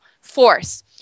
force